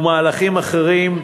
ומהלכים אחרים,